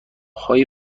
های